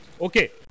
Okay